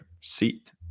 seat